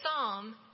psalm